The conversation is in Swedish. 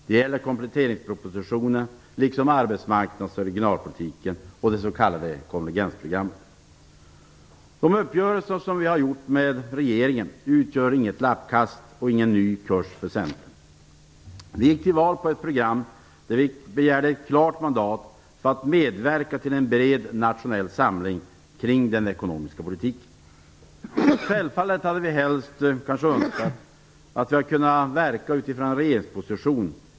Det gäller kompletteringspropositionen liksom arbetsmarknadsoch regionalpolitiken och det s.k. konvergensprogrammet. De uppgörelser vi gjort med regeringen utgör inget lappkast och ingen ny kurs för Centern. Vi gick till val på ett program där vi klart begärde mandat för att medverka till en bred nationell samling kring den ekonomiska politiken. Självfallet hade vi helst önskat att vi kunnat verka för denna strävan i regeringsposition.